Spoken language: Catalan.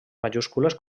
majúscules